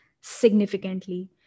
significantly